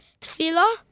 Tefillah